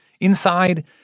Inside